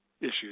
issues